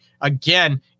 Again